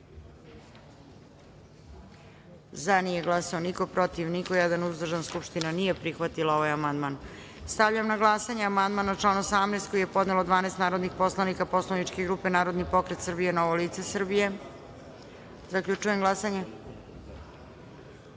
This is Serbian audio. glasanje: za – niko, protiv – niko, uzdržan – jedan. Skupština nije prihvatila amandman. Stavljam na glasanje amandman na član 10. koji je podnelo 12 narodnih poslanika poslaničke grupe Narodni pokret Srbije – Novo lice Srbije. Zaključujem glasanje: